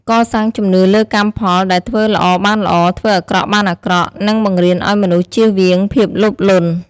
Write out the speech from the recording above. កសាងជំនឿលើកម្មផល ដែលធ្វើល្អបានល្អ ធ្វើអាក្រក់បានអាក្រក់ និងបង្រៀនឱ្យមនុស្សចៀសវាងភាពលោភលន់។